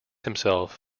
himself